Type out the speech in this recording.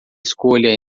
escolha